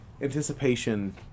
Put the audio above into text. anticipation